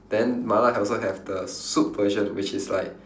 then mala have also have the soup version which is like